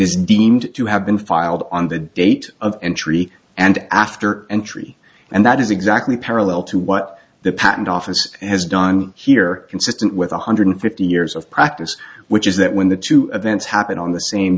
is deemed to have been filed on the date of entry and after entry and that is exactly parallel to what the patent office has done here consistent with one hundred fifty years of practice which is that when the two events happen on the same